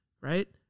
right